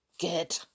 Good